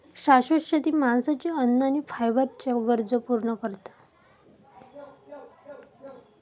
शाश्वत शेती माणसाची अन्न आणि फायबरच्ये गरजो पूर्ण करता